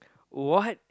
what